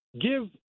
give